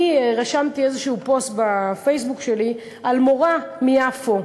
רשמתי איזה פוסט בפייסבוק שלי על מורה מיפו,